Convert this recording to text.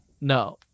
No